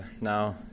now